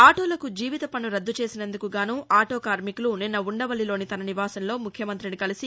ఆటోలకు జీవిత పన్ను రద్దు చేసినందుకుగానూ ఆటో కార్నికులు నిన్న ఉండవల్లిలోని తన నివాసంలో ముఖ్యమంతిని కలిసి